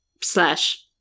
Slash